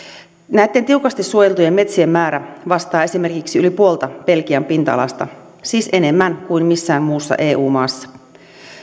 näitten tiukasti suojeltujen metsien määrä vastaa esimerkiksi yli puolta belgian pinta alasta siis enemmän kuin missään muussa eu maassa